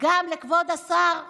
גם לכבוד השר לוין: